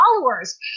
followers